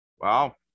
Wow